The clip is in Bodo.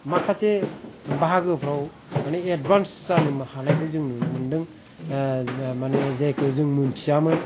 माखासे बाहागोफ्राव माने एदभानस जानो हानायखाै जों नुनो मोनदों माने जायखाै जों मोनथियामोन